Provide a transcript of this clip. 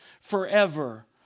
forever